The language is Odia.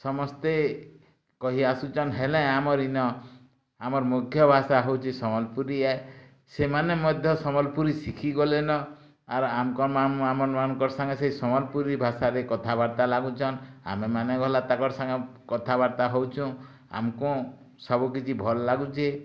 ସମସ୍ତେ କହି ଆସୁଛନ୍ ହେଲେ ଆମର୍ ଇନ ଆମର୍ ମୁଖ୍ୟ ଭାଷା ହେଉଛି ସମ୍ବଲପୁରୀ ଏ ସେମାନେ ମଧ୍ୟ ସମ୍ବଲପୁରୀ ଶିଖି ଗଲେ ନ ଆର ଆମ କନ ସାଙ୍ଗେ ସେଇ ସମ୍ବଲପୁରୀ ଭାଷାରେ କଥାବାର୍ତ୍ତା ଲାଗୁଛନ୍ ଆମେ ମାନେ ଗଲା ତାକର୍ ସାଙ୍ଗେ କଥା ବାର୍ତ୍ତା ହେଉଛୁଁ ଆମକୁଁ ସବୁ କିଛି ଭଲ୍ ଲାଗୁଛି